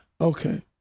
Okay